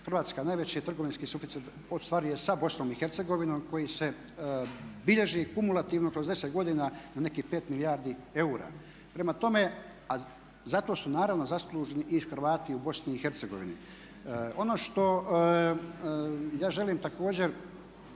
Hrvatska najveći trgovinski suficit ostvaruje sa BiH koji se bilježi kumulativno kroz 10 godina na nekih 5 milijardi eura. A za to su naravno zaslužni i Hrvati u BiH. Ono što ja želim također